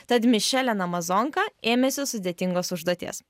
tad mišel en amazonka ėmėsi sudėtingos užduoties